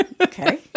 okay